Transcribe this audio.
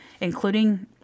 including